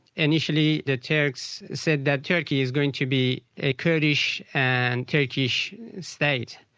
initially the turks said that turkey is going to be a kurdish and turkish state.